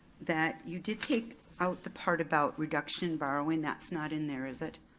that you did take out the part about reduction borrowing, that's not in there, is it?